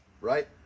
right